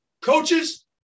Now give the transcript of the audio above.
Coaches